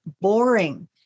boring